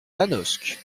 manosque